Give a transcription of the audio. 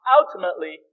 ultimately